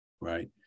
right